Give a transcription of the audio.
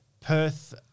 Perth